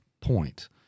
point